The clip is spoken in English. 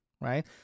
Right